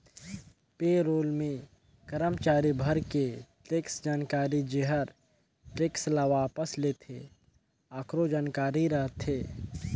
पे role मे करमाचारी भर के टेक्स जानकारी जेहर टेक्स ल वापस लेथे आकरो जानकारी रथे